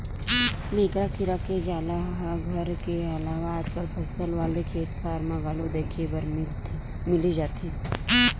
मेकरा कीरा के जाला ह घर के अलावा आजकल फसल वाले खेतखार म घलो देखे बर मिली जथे